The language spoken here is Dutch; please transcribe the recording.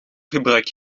gebruik